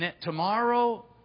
tomorrow